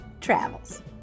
travels